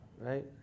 right